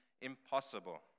impossible